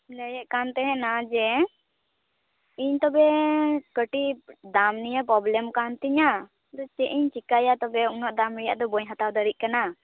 ᱞᱟᱹᱭᱮᱫᱠᱟᱱ ᱛᱟᱦᱮᱱᱟ ᱡᱮ ᱤᱧ ᱛᱚᱵᱮ ᱠᱟᱹᱴᱤᱡ ᱫᱟᱢ ᱱᱤᱭᱮ ᱯᱚᱵᱞᱮᱢ ᱠᱟᱱ ᱛᱤᱧᱟ ᱫᱚ ᱪᱮᱫ ᱤᱧ ᱪᱤᱠᱟᱹᱭᱟ ᱛᱚᱵᱮ ᱩᱱᱟᱹᱜ ᱫᱟᱢ ᱨᱮᱭᱟᱜ ᱫᱚ ᱵᱟᱹᱧ ᱦᱟᱛᱟᱣ ᱫᱟᱲᱮᱜ ᱠᱟᱱᱟ